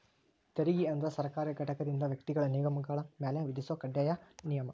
ತೆರಿಗೆ ಅಂದ್ರ ಸರ್ಕಾರಿ ಘಟಕದಿಂದ ವ್ಯಕ್ತಿಗಳ ನಿಗಮಗಳ ಮ್ಯಾಲೆ ವಿಧಿಸೊ ಕಡ್ಡಾಯ ನಿಯಮ